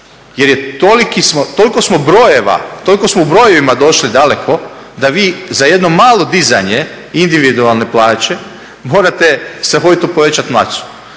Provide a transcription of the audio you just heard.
brojeva, toliko smo u brojevima došli daleko da vi za jedno malo dizanje individualne plaće morate strahovito povećati masu.